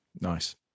Nice